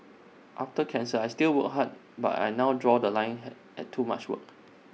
after cancer I still work hard but I now draw The Line hat at too much work